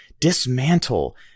dismantle